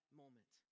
moment